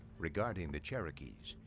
regarding the cherokees,